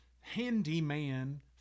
handyman